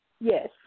Yes